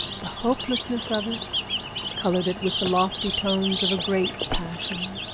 the hopelessness of it colored it with the lofty tones of a great passion.